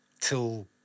Till